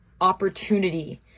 opportunity